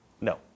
No